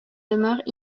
demeurent